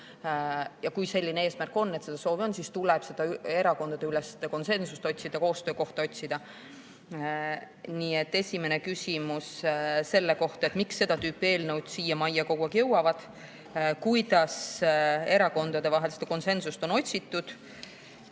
Ja kui selline eesmärk on, et see soov on, siis tuleb erakondadeülest konsensust otsida, koostöökohta otsida. Nii et esimene küsimus on selle kohta, miks seda tüüpi eelnõud siia majja kogu aeg jõuavad ja kuidas erakondade vaheliste konsensust on otsitud.